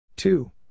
Two